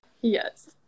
Yes